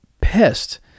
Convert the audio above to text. pissed